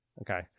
okay